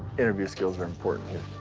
interview skills are important here.